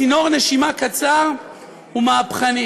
צינור נשימה קצר ומהפכני.